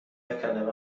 نکردم